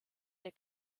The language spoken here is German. der